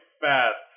fast